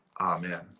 Amen